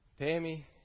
Tammy